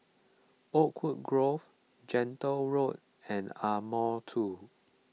Oakwood Grove Gentle Road and Ardmore two